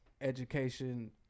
education